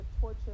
torture